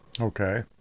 Okay